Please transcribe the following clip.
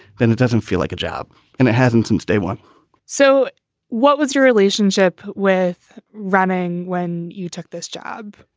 then it doesn't feel like a job and it hasn't since day one so what was your relationship with running when you took this job?